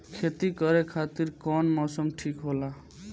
खेती करे खातिर कौन मौसम ठीक होला?